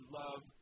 love